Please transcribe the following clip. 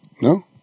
No